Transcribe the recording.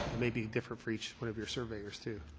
may be different for each one of your surveyors too.